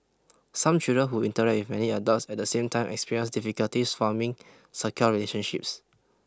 some children who interact with many adults at the same time experience difficulties forming secure relationships